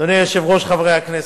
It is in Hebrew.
אדוני היושב-ראש, חברי הכנסת,